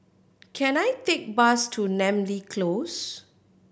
can I take a bus to Namly Close